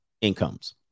incomes